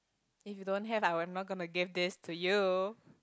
if you don't have I will not gonna give this to you